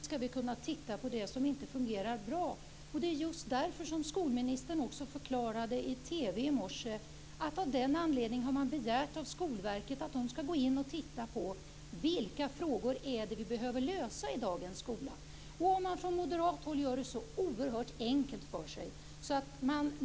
Herr talman! Vi skall naturligtvis kunna titta på det som inte fungerar bra. Det är just därför skolministern förklarade i TV i morse att man har begärt att Skolverket skall gå in och titta på vilka frågor som vi behöver lösa i dagens skola. Man kan göra det oerhört enkelt för sig från moderat håll.